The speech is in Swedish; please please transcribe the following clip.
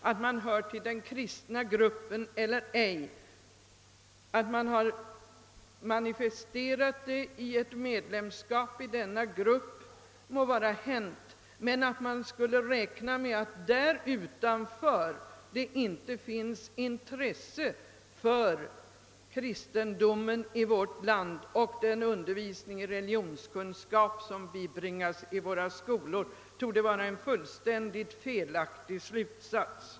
Att man anser sig ha manifesterat sin kristna inställning genom ett medlemskap i denna grupp må vara hänt, men att räkna med att det därutöver inte inom kammaren finns intresse för kristendom i vårt land och för den undervisning i religionskunskap, som bedrivs i våra skolor torde vara fullständigt felaktigt.